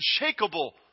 unshakable